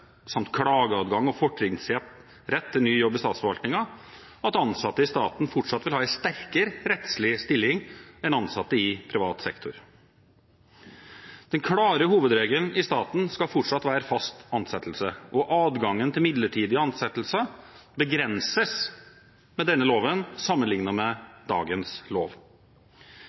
samt klageadgang og fortrinnsrett til ny jobb i statsforvaltningen – at ansatte i staten fortsatt vil ha en sterkere rettslig stilling enn ansatte i privat sektor. Den klare hovedregelen i staten skal fortsatt være fast ansettelse, og adgangen til midlertidige ansettelser begrenses med denne loven sammenlignet med dagens lov.